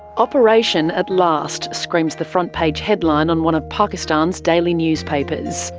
operation at last, screams the front page headline on one of pakistan's daily newspapers.